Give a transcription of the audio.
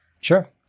Sure